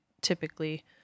typically